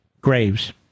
Graves